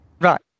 Right